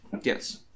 Yes